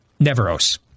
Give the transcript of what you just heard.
neveros